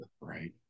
right